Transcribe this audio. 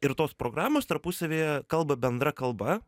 ir tos programos tarpusavyje kalba bendra kalba